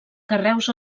carreus